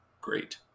great